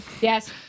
Yes